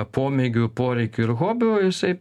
pomėgių poreikių ir hobių jisai